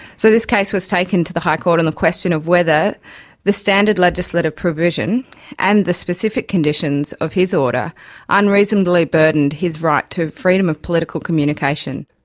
so this case was taken to the high court on and the question of whether the standard legislative provision and the specific conditions of his order unreasonably burdened his right to freedom of political communication.